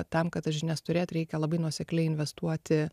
tam kad tas žinias turėt reikia labai nuosekliai investuoti